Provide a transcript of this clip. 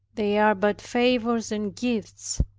they are but favors and gifts.